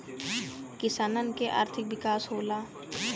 किसानन के आर्थिक विकास होला